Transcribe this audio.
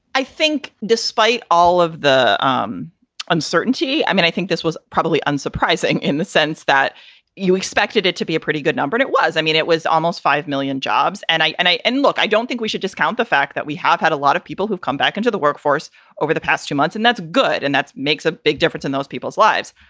i think despite all of the um uncertainty, i mean, i think this was probably unsurprising in the sense that you expected it to be a pretty good number. it it was i mean, it was almost five million jobs. and i, and i. and i don't think we should discount the fact that we have had a lot of people who've come back into the workforce over the past few months. and that's good. and that's makes a big difference in those people's lives.